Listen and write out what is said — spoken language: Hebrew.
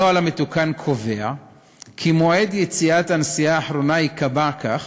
הנוהל המתוקן קובע כי מועד יציאת הנסיעה האחרונה ייקבע כך